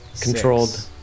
Controlled